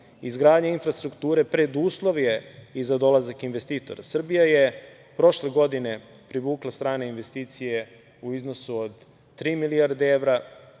Izgradnja infrastrukture je preduslov za dolazak investitora. Srbija je prošle godine privukla strane investicije u iznosu od tri milijarde evra,